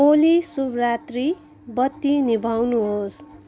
ओली शुभ रात्री बत्ती निभाउनुहोस्